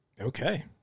Okay